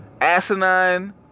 asinine